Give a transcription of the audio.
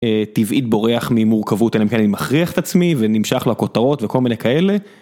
טבעית בורח ממורכבות אלא אם כן אני מכריח את עצמי ונמשך לכותרות וכל מיני כאלה.